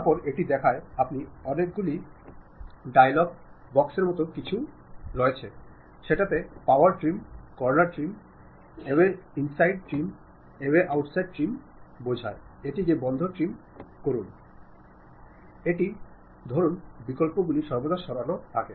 তারপরে এটি দেখায় আপনি অনেকগুলি ডায়ালগ বাক্স এর মতো কিছু যেখানে power trim corner trim trim away inside trim away outside রয়েছে এটিকে বন্ধ করতে ট্রিম করুন এই ধরণের বিকল্পগুলি সর্বদা সেখানে থাকে